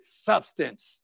substance